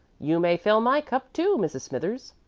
you may fill my cup too, mrs. smithers.